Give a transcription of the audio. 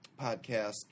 podcast